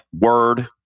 Word